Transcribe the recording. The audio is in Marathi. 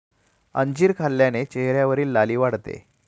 अंजीर खाल्ल्याने चेहऱ्यावरची लाली वाढते